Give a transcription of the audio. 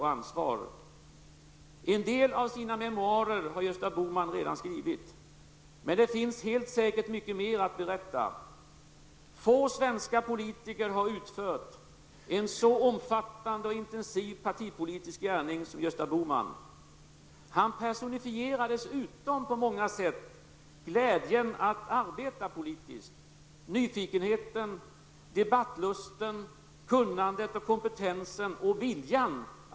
Han är således den av de avgående som kan sägas ha den längsta riksdagserfarenheten. 1956 bestod partikansliet av honom själv och en kontorist på deltid. Olle Svensson kunde riksdagen, när han 13 år senare tog plats i riksdagen.